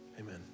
Amen